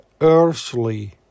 earthly